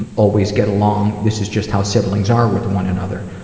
and always get along. this is just how siblings are with one another.